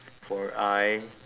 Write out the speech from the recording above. for I